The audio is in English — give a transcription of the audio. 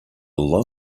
lot